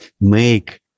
make